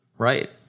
Right